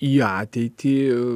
į ateitį